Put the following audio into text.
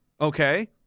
Okay